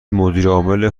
مدیرعامل